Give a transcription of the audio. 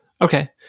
Okay